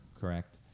Correct